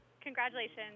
Congratulations